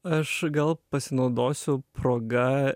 aš gal pasinaudosiu proga